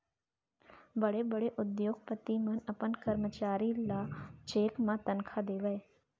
बड़े बड़े उद्योगपति मन अपन करमचारी ल चेक म तनखा देवय